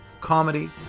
comedy